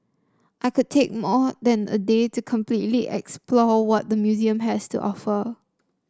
I could take more than a day to completely explore what the museum has to offer